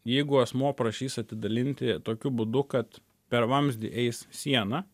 jeigu asmuo prašys atidalinti tokiu būdu kad per vamzdį eis siena